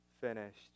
finished